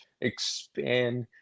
expand